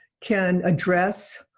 can address